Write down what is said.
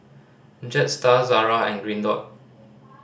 Jetstar Zara and Green Dot